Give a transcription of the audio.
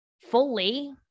fully